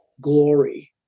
glory